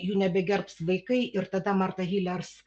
jų nebegerbs vaikai ir tada marta hilers